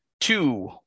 two